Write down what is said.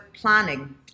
planning